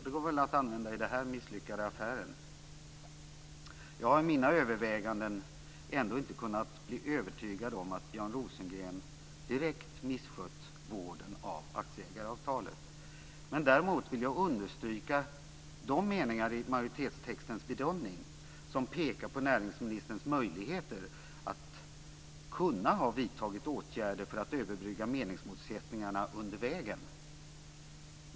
Det går väl att använda i den här misslyckade affären. Jag har i mina överväganden ändå inte kunnat bli övertygad om att Björn Rosengren direkt misskött vården av aktieägaravtalet. Däremot vill jag understryka de meningar i majoritetstextens bedömning som pekar på näringsministerns möjligheter att ha vidtagit åtgärder för att överbrygga meningsmotsättningarna under vägen.